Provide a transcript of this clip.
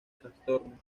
trastorno